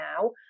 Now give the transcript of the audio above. now